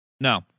no